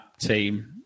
team